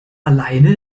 alleine